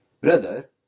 brother